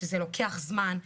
שזה לוקח זמן,